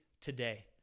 today